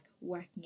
working